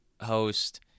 host